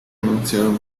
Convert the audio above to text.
anunciaron